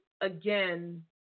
again